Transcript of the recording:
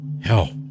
Hell